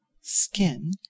skin